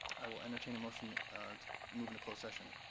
i will entertain a motion to move into closed session.